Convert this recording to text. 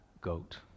goat